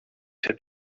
said